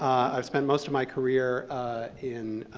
i've spent most of my career in